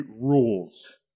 rules